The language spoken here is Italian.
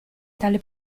tale